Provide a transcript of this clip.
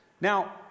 Now